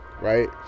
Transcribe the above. right